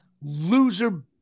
Loser